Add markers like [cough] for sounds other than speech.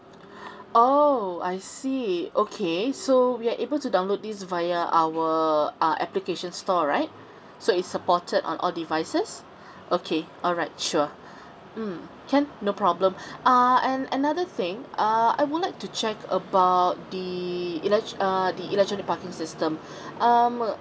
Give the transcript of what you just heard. [breath] oo I see okay so we are able to download this via our uh application store right so is supported on all devices [breath] okay alright sure [breath] mm can no problem [breath] uh and another thing uh I would like to check about the elec~ err electronic parking system [breath] um